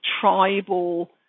tribal